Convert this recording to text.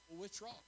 withdraw